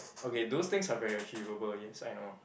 okay those things are very achievable yes I know